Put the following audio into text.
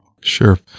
Sure